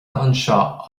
anseo